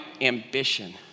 ambition